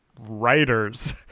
writers